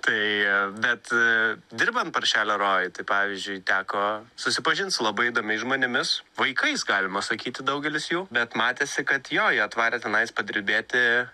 tai bet dirbant paršelio rojuj tai pavyzdžiui teko susipažint su labai įdomiais žmonėmis vaikais galima sakyti daugelis jų bet matėsi kad jo jie atvarė tenais padirbėti